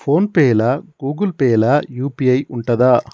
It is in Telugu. ఫోన్ పే లా గూగుల్ పే లా యూ.పీ.ఐ ఉంటదా?